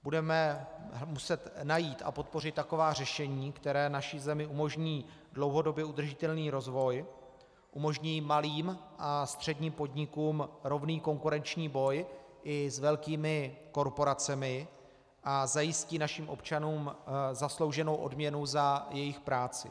Budeme muset najít a podpořit taková řešení, která naší zemi umožní dlouhodobě udržitelný rozvoj, umožní malým a středním podnikům rovný konkurenční boj i s velkými korporacemi a zajistí našim občanům zaslouženou odměnu za jejich práci.